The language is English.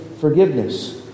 forgiveness